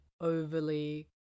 overly